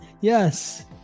Yes